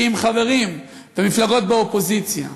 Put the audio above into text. שאם חברים ומפלגות באופוזיציה,